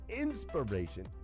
inspiration